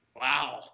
Wow